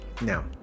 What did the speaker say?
now